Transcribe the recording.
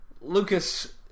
Lucas